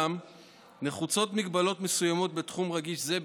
אולם נחוצות הגבלות מסוימות בתחום רגיש זה,